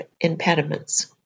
impediments